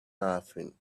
nothing